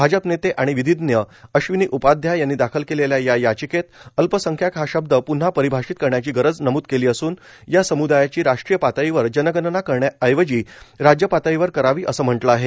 भाजप नेते आणि विधिज्ञ अश्विनी उपाध्याय यांनी दाखल केलेल्या या याचिकेत अल्पसंख्याक हा शब्द पृन्हा परिभाषित करण्याची गरज नमूद केली असून या समूदायाची राष्ट्रीय पातळीवर जनगणना करण्याऐवजी राज्य पातळीवर करावी असं म्हटलं आहे